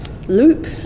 loop